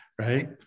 right